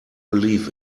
believe